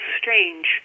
strange